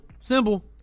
Simple